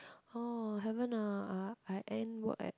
orh haven't ah I end work at